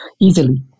easily